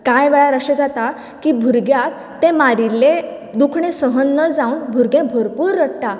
त्या वेळार अशें जाता भुरग्यांक तें मारिल्ले दुखणें सहन न जावन भुरगो भरपूर रडटा